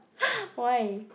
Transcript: why